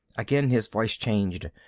again his voice changed.